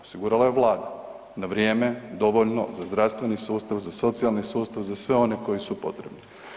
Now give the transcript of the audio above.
Osigurala je Vlada, na vrijeme dovoljno za zdravstveni sustav, za socijalni sustav, za sve one kojim su potrebi.